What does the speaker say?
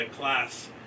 class